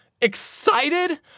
excited